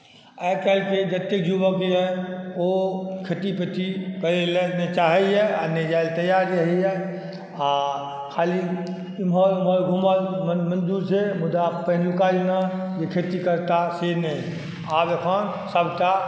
आय काल्हिके जतेक युवक यऽ ओ खेती पेती करय लए नहि चाहैया आ नहि जाय लए तैयार रहैया आ खाली एम्हर ओम्हर घूमल मनमौजीसऽ मुदा पहिनुका जेना तऽ खेती करता से नहि आब अहाँ सभके